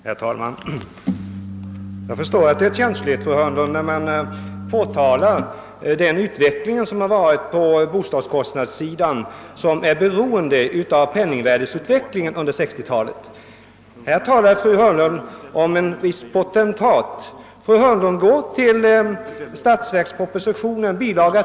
Herr talman! Jag förstår att det är känsligt, fru Hörnlund, när man påtalar den utveckling som ägt rum i fråga om bostadskostnaderna, en utveckling som är beroende av penningvärdesutvecklingen under 1960-talet. Fru Hörnlund talade om en viss potentat, men gå i stället till statsverkspropositionen, bil.